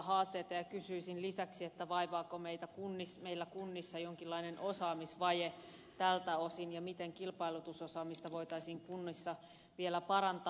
kysyisin lisäksi vaivaako meitä kunnissa jonkinlainen osaamisvaje tältä osin ja miten kilpailutusosaamista voitaisiin kunnissa vielä parantaa